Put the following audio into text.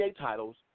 titles